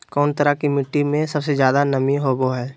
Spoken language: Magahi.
कौन तरह के मिट्टी में सबसे जादे नमी होबो हइ?